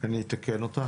אני אתקן אותך.